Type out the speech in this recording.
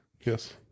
Yes